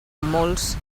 molts